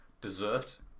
Dessert